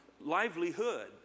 livelihood